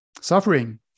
suffering